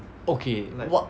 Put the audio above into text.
okay what